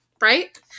right